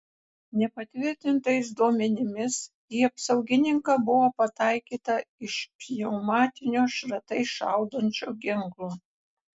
nepatvirtintais duomenimis į apsaugininką buvo pataikyta iš pneumatinio šratais šaudančio ginklo